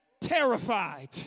terrified